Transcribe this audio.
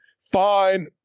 Fine